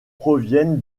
proviennent